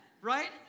right